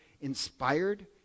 inspired